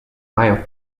mają